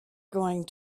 going